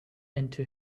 into